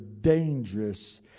dangerous